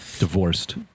Divorced